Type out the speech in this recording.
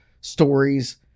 stories